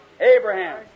Abraham